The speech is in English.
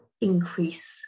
increase